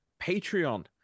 Patreon